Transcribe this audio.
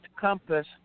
compass